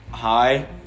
Hi